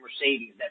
Mercedes